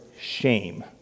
shame